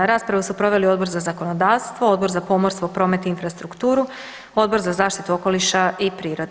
Raspravu su proveli Odbor za zakonodavstvo, Odbor za pomorstvo, promet i infrastrukturu, Odbor za zaštitu okoliša i prirode.